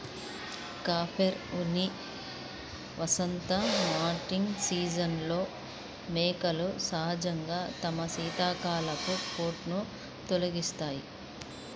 cashmere ఉన్ని వసంత moulting సీజన్లో మేకలు సహజంగా తమ శీతాకాలపు కోటును తొలగిస్తాయి